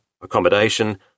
accommodation